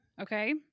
Okay